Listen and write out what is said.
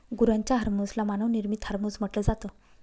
गुरांच्या हर्मोन्स ला मानव निर्मित हार्मोन्स म्हटल जात